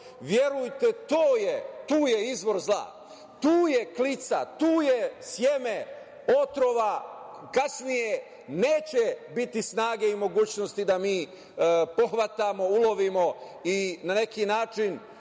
verujete, tu je izvor zla, tu je klica, tu je seme otrova. Kasnije neće biti snage i mogućnosti da mi pohvatamo, ulovimo i na neki način